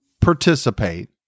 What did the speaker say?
participate